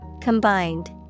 Combined